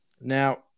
Now